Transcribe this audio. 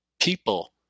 people